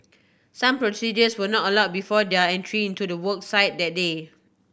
some procedures were not allow before their entry into the work site that day